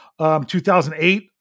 2008